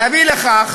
להביא לכך